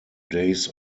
days